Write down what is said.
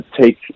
take